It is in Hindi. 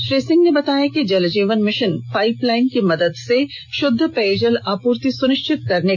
श्री सिंह ने बताया कि Jal Jeevan mission pipeline की मदद से शुद्ध पेयजल आपूर्ति सुनिश्चित कराने का अभियान है